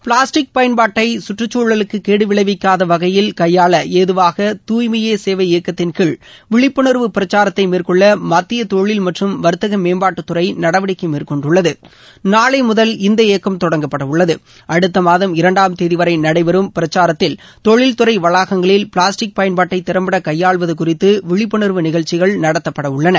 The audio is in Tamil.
பிளாஸ்டிக் பயன்பாட்டை கற்றுச்சூழலுக்கு கேடு விளைவிக்காத வகையில் கையாள ஏதுவாக தாய்மையே சேவை இயக்கத்தின்கீழ் விழிப்புணர்வு பிரச்சாரத்தை மேற்கொள்ள மத்திய தொழில் மற்றும் வர்த்தக மேம்பாட்டுத்துறை நடவடிக்கை மேற்கொண்டுள்ளது நாளை முதல் இந்த இயக்கம் தொடங்கப்படவுள்ளது அடுத்த மாதம் இரண்டாம் தேதிவரை நடைபெறும் பிரச்சாரத்தில் தொழில்துறை வளாகங்களில் பிளாஸ்டிக் பயன்பாட்டை திறம்பட கையாள்வது குறித்து விழிப்புணர்வு நிகழ்ச்சிகள் நடத்தப்படவுள்ளன